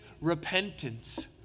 repentance